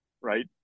Right